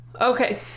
Okay